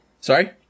Sorry